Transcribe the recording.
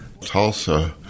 Tulsa